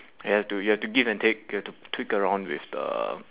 you have to you have to give and take you have to tweak around with the